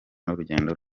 n’urugendo